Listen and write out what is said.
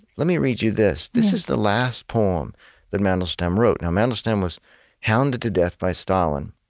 let me read you this this is the last poem that mandelstam wrote. now mandelstam was hounded to death by stalin,